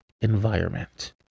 environment